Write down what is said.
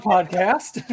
Podcast